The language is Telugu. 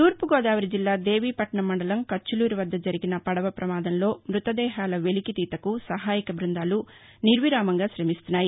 తూర్పుగోదావరి జిల్లా దేవీపట్నం మండలం కచ్చులూరు వద్ద జరిగిన పడవ పమాదంలోమృతదేహాల వెలికితీతకు సహాయక బ్బందాలు నిర్విరామంగా శమిస్తున్నాయి